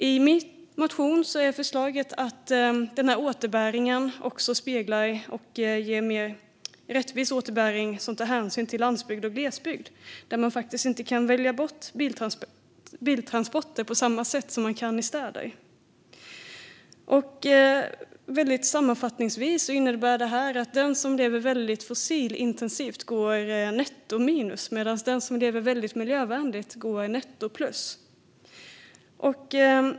I min motion är förslaget att det blir en mer rättvis återbäring som också speglar och tar hänsyn till landsbygd och glesbygd, där man inte kan välja bort biltransporter på samma sätt som man kan i städer. Sammanfattningsvis innebär det att den som lever väldigt fossilintensivt går netto minus, medan den som lever väldigt miljövänligt går netto plus.